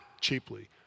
cheaply